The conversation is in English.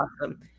awesome